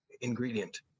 ingredient